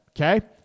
okay